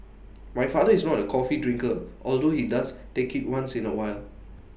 my father is not A coffee drinker although he does take IT once in A while